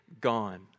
gone